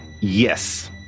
yes